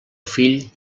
fill